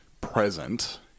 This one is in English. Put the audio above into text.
present